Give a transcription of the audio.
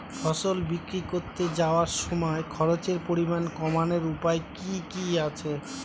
ফসল বিক্রি করতে যাওয়ার সময় খরচের পরিমাণ কমানোর উপায় কি কি আছে?